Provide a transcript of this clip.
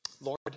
Lord